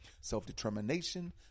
self-determination